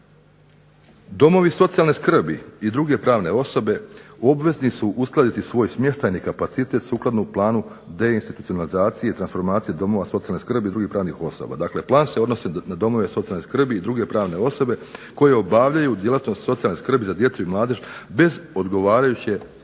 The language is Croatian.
Domovi socijalne skrbi i druge pravne osobe obvezni su uskladiti svoj smještajni kapacitet sukladno planu deinstitucionalizacije i transformacije domova socijalne skrbi i drugih pravnih osoba. Dakle plan se odnosi na domove socijalne skrbi i druge pravne osobe koje obavljaju djelatnost socijalne skrbi za djecu i mladež bez odgovarajuće